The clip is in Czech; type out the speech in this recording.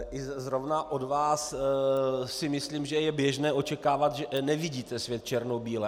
I zrovna od vás si myslím, že je běžné očekávat, že nevidíte svět černobíle.